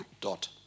Dot